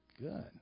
Good